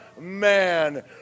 man